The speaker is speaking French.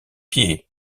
pieds